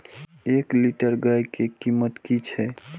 एक लीटर गाय के कीमत कि छै?